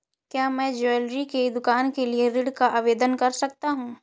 क्या मैं ज्वैलरी की दुकान के लिए ऋण का आवेदन कर सकता हूँ?